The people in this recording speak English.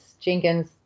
Jenkins